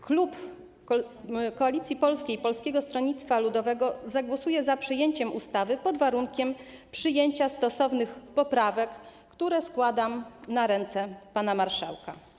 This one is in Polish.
Klub Koalicja Polska - Polskie Stronnictwo Ludowe zagłosuje za przyjęciem ustawy pod warunkiem przyjęcia stosownych poprawek, które składam na ręce pana marszałka.